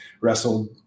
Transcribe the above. wrestled